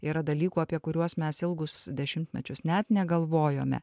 yra dalykų apie kuriuos mes ilgus dešimtmečius net negalvojome